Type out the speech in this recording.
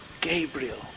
Gabriel